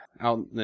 Out